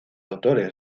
autores